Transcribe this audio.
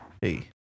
hey